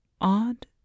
odd